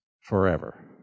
forever